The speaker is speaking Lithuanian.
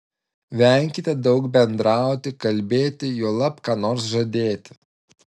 venkite daug bendrauti kalbėti juolab ką nors žadėti